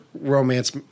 romance